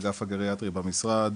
לאגף הגריאטרי במשרד,